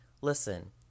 listen